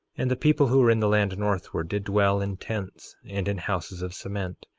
and the people who were in the land northward did dwell in tents, and in houses of cement,